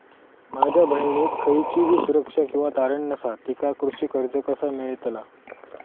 माझ्या बहिणीक खयचीबी सुरक्षा किंवा तारण नसा तिका कृषी कर्ज कसा मेळतल?